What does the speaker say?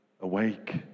Awake